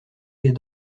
les